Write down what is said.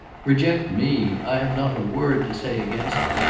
reject me! i have not a word to say against it.